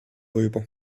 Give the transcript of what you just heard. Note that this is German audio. rüber